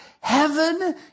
Heaven